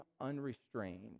unrestrained